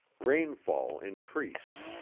rainfall increased.